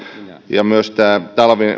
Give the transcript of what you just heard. ja myös tämä